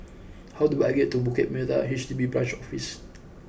how do I get to Bukit Merah H D B Branch Office